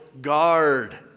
guard